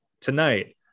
tonight